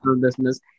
business